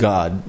God